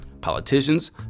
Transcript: politicians